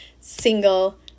single